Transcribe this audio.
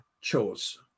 chose